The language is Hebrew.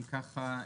אם כך,